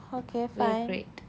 okay fine